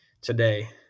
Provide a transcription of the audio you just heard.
Today